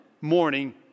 morning